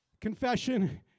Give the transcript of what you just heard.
Confession